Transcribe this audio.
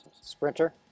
Sprinter